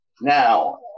Now